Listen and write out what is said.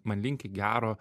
man linki gero